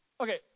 Okay